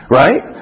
right